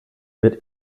wird